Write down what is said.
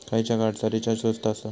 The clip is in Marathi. खयच्या कार्डचा रिचार्ज स्वस्त आसा?